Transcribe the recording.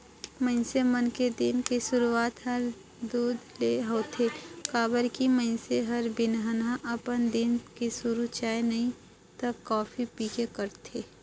मइनसे मन के दिन के सुरूआत हर दूद ले होथे काबर की मइनसे हर बिहनहा अपन दिन के सुरू चाय नइ त कॉफी पीके करथे